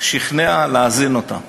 שכנע להזין אותה.